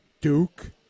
Duke